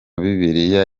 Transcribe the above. bibiliya